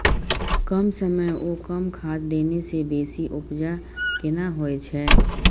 कम समय ओ कम खाद देने से बेसी उपजा केना होय छै?